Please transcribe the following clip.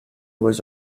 was